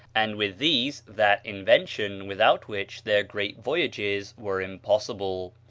and with these that invention without which their great voyages were impossible.